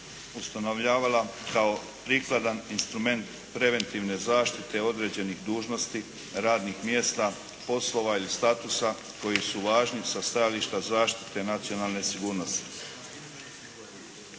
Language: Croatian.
ustanovljavala kao prikladan instrument preventivne zaštite određenih dužnosti, radnih mjesta, poslova ili statusa koji su važni sa stajališta zaštite nacionalne sigurnosti.